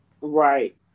Right